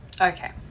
okay